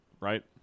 right